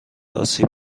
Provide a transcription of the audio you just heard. آسیب